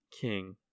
King